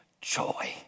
joy